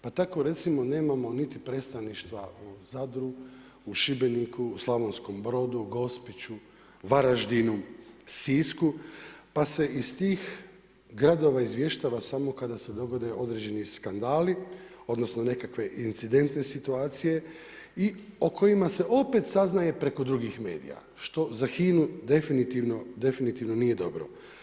Pa tako, recimo nemamo niti predstavništva u Zadru, u Šibeniku, u Slavonskom Brodu, u Gospiću, Varaždinu, Sisku, pa se iz tih gradova izvještava samo kada se dogode određeni skandali, odnosno nekakve incidentne situacije i o kojima se opet saznaje preko drugih medija što za HINA-u definitivno nije dobro.